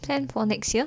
plan for next year